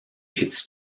its